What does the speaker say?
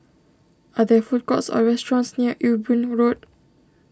are there food courts or restaurants near Ewe Boon Road